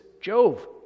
Jove